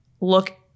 look